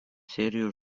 serijos